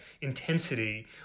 intensity